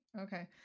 Okay